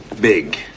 big